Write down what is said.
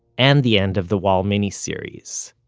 and the end of the wall miniseries.